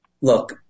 look